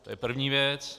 To je první věc.